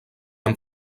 amb